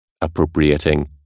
appropriating